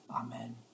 Amen